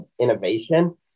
innovation